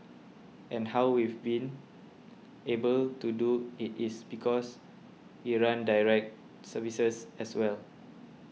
and how we've been able to do it is because we run direct services as well